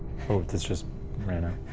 this just ran out.